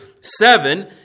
seven